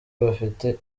bafite